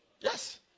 Yes